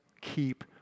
keep